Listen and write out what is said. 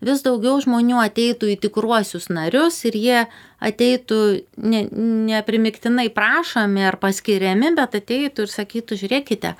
vis daugiau žmonių ateitų į tikruosius narius ir jie ateitų ne ne primygtinai prašomi ar paskiriami bet ateitų ir sakytų žiūrėkite